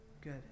Good